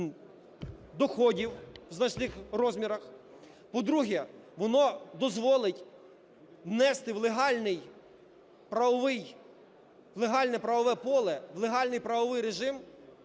доходів в значних розмірах. По-друге, воно дозволить внести в легальне правове поле, в легальний правовий режим